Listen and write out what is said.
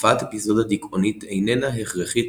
הופעת אפיזודה דיכאונית איננה הכרחית